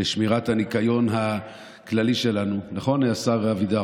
לשמירת הניקיון הכללי שלנו, נכון, השר אבידר?